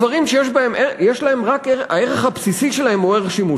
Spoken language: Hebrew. דברים שהערך הבסיסי שלהם הוא ערך שימוש,